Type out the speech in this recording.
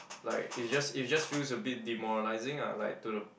like it's just it's just feels a bit demoralising ah like to the